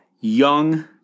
young